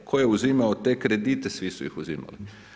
Tko je uzimao te kredite, svi su ih uzimali.